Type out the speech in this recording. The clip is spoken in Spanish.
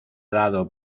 dado